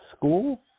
school